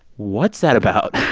what's that about?